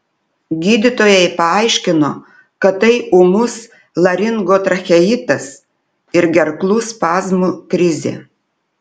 gydytojai paaiškino kad tai ūmus laringotracheitas ir gerklų spazmų krizė